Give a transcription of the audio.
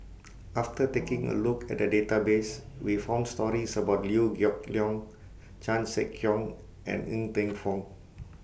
after taking A Look At The Database We found stories about Liew Geok Leong Chan Sek Keong and Ng Teng Fong